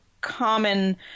common